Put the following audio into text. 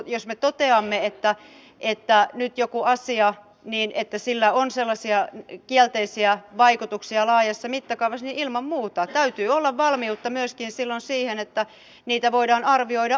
jos me toteamme että nyt jollakin asialla on sellaisia kielteisiä vaikutuksia laajassa mittakaavassa niin ilman muuta täytyy olla valmiutta silloin myöskin siihen että niitä voidaan arvioida uudelleen